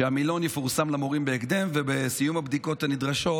שיפורסם למורים בהקדם, ובסיום הבדיקות הנדרשות,